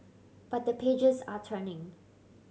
but the pages are turning